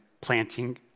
planting